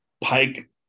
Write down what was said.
Pike